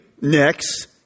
next